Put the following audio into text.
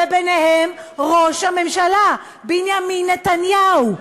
ובהם ראש הממשלה בנימין נתניהו,